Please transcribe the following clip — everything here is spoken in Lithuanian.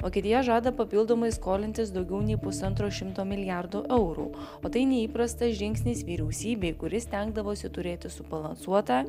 vokietija žada papildomai skolintis daugiau nei pusantro šimto milijardų eurų o tai neįprastas žingsnis vyriausybei kuri stengdavosi turėti subalansuotą